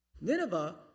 Nineveh